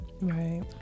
Right